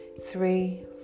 three